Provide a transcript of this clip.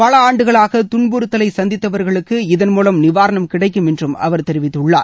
பல ஆண்டுகளாக துன்புறுத்தலை சந்தித்தவர்களுக்கு இதன் மூலம் நிவாரணம் கிடைக்கும் என்றும் அவர் தெரிவித்துள்ளார்